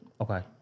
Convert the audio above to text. Okay